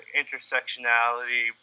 intersectionality